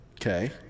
okay